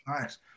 nice